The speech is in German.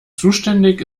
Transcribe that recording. zuständig